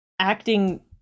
acting